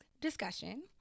discussion